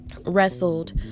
wrestled